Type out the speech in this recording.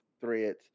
threads